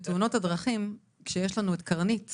גם בתאונות הדרכים, כשיש לנו את קרנית,